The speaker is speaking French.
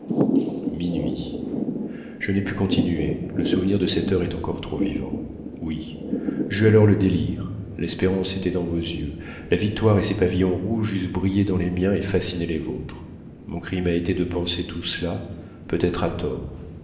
minuit je n'ai pu continuer le souvenir de cette heure est encore trop vivant oui j'eus alors le délire l'espérance était dans vos yeux la victoire et ses pavillons rouges eussent brillé dans les miens et fasciné les vôtres mon crime a été de penser tout cela peut-être à tort